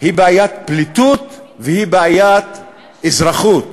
היא בעיית פליטות והיא בעיית אזרחות,